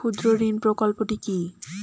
ক্ষুদ্রঋণ প্রকল্পটি কি?